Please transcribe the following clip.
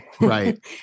Right